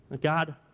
God